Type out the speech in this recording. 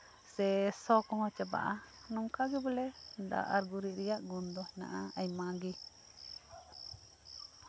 ᱥᱮ ᱥᱚ ᱠᱚᱦᱚᱸ ᱪᱟᱵᱟᱜᱼᱟ ᱱᱚᱝᱠᱟ ᱜᱮ ᱵᱚᱞᱮ ᱫᱟᱜ ᱟᱨ ᱜᱩᱨᱤᱡ ᱨᱮᱭᱟᱜ ᱜᱩᱱ ᱫᱚ ᱢᱮᱱᱟᱜᱼᱟ ᱟᱭᱢᱟ ᱜᱮ